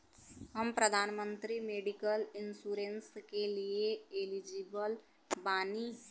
हम प्रधानमंत्री medical insurance के लिए एलिजिबल बानी?